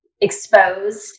exposed